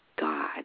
God